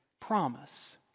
promise